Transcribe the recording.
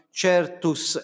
certus